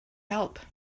help